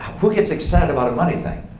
who gets excited about a money thing?